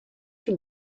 can